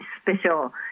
special